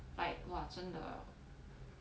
like !wah! 真的